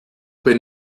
wenn